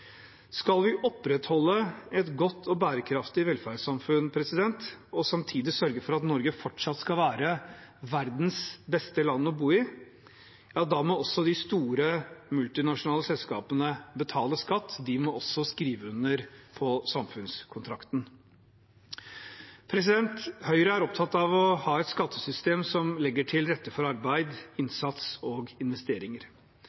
Skal vi opprettholde et godt og bærekraftig velferdssamfunn og samtidig sørge for at Norge fortsatt skal være verdens beste land å bo i, må også de store multinasjonale selskapene betale skatt, de må også skrive under på samfunnskontrakten. Høyre er opptatt av å ha et skattesystem som legger til rette for arbeid,